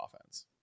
offense